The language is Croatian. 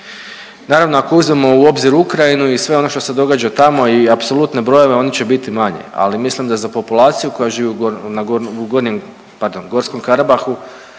Naravno ako uzmemo u obzir Ukrajinu i sve ono što se događa tami i apsolutne brojeve oni će biti manji, ali mislim da za populaciju koja živi u gornje, pardon